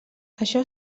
això